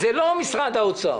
זה לא משרד האוצר.